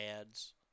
ads